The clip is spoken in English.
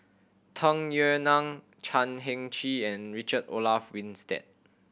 Tung Yue Nang Chan Heng Chee and Richard Olaf Winstedt